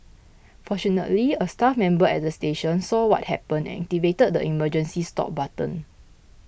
fortunately a staff member at the station saw what happened and activated the emergency stop button